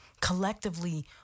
collectively